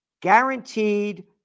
guaranteed